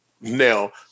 Now